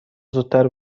زودتر